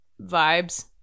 vibes